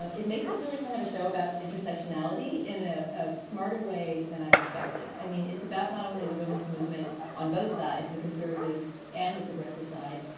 ah it makes it really kind of a show about intersectionality in ah a smarter way than i expected. expected. i mean, it's about not only the women's movement on both sides, the conservative and the progressive side,